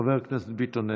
חבר הכנסת ביטון,